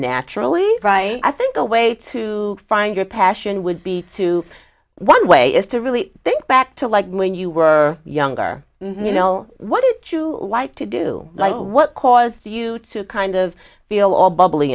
naturally right i think the way to find your passion would be to one way is to really think back to like when you were younger you know what did you like to do like what caused you to kind of feel all bubbly